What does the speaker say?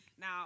Now